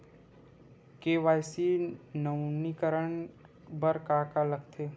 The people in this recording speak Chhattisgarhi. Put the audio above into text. के.वाई.सी नवीनीकरण बर का का लगथे?